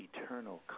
eternal